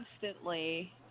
constantly